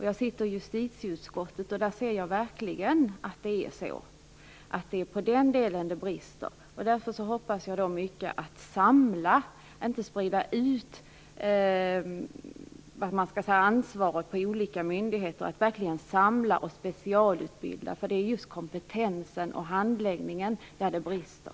Jag sitter i justitieutskottet och där ser jag verkligen att det är den delen som brister. Därför hoppas jag att man skall samla specialutbildad kompetens och inte sprida ut ansvaret på olika myndigheter. Det är just när det gäller kompetensen och handläggningen som det brister.